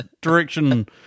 direction